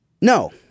no